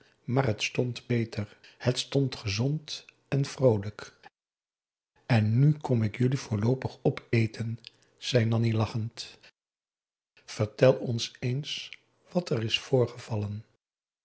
maar het stond beter het stond gezond en vroolijk en nu kom ik jullie voorloopig opeten zei nanni lachend vertel ons eens wat er is voorgevallen